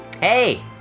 Hey